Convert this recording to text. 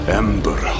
ember